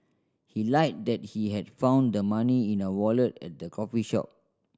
he lied that he had found the money in a wallet at the coffee shop